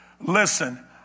Listen